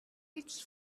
its